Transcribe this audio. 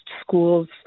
schools